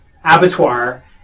abattoir